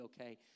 okay